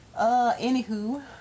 anywho